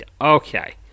Okay